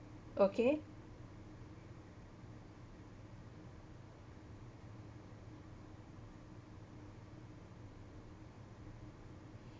okay